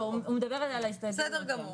אין בעיה כזאת.